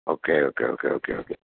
okay okay okay okay okay